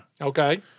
Okay